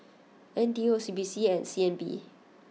N T U O C B C and C N B